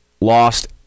lost